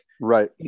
Right